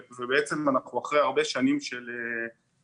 היום ז' באדר תשפ"ב,